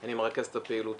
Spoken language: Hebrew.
אני מרכז את הפעילות.